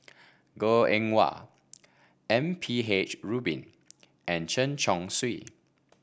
Goh Eng Wah M P H Rubin and Chen Chong Swee